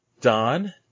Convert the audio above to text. Don